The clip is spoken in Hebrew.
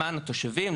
למען התושבים,